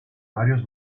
varios